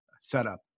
setup